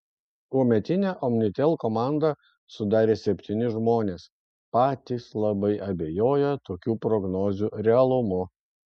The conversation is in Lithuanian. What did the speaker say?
tuometinę omnitel komandą sudarė septyni žmonės patys labai abejoję tokių prognozių realumu